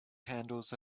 handles